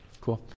Cool